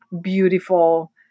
beautiful